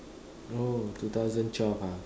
oh two thousand twelve ah